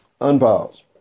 Unpause